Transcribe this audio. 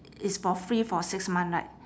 it's for free for six months right